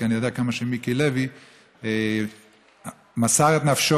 כי אני יודע כמה מיקי לוי מסר את נפשו,